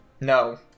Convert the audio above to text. No